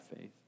faith